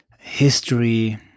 history